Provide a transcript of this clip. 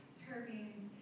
turbines